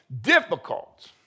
difficult